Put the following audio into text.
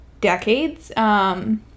decades